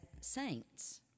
saints